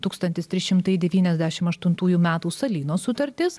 tūkstantis trys šimtai devyniasdešimt aštuntųjų metų salyno sutartis